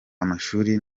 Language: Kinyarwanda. amashuri